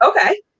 okay